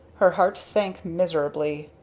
her heart sank miserably.